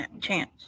Chance